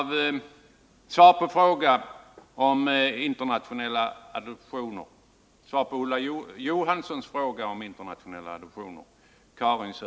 Vilka kvalifikationer krävs av den ideella organisationen, och är det förenligt med regeringens intentioner att man förutom höga kostnader för adoptivbarnens ankomst till landet också skall betala medlemsavgifter i en eller flera organisationer på upp till 1000 kr.